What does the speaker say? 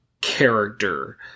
character